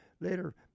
later